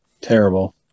terrible